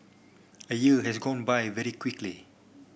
a year has gone by very quickly